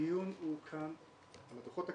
הדיון כאן הוא על הדוחות הכספיים.